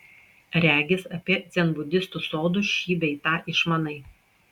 regis apie dzenbudistų sodus šį bei tą išmanai